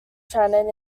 shannon